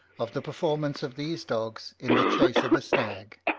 of the performance of these dogs in the chase of a stag.